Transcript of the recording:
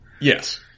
Yes